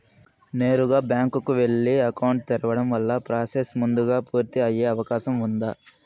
నేరుగా బ్యాంకు కు వెళ్లి అకౌంట్ తెరవడం వల్ల ప్రాసెస్ ముందుగా పూర్తి అయ్యే అవకాశం ఉందా?